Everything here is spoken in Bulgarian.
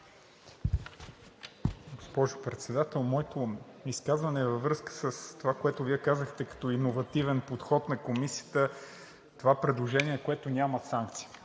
Госпожо Председател, моето изказване е във връзка с това, което Вие казахте като иновативен подход на Комисията, това предложение, което няма санкция.